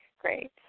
great